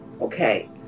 okay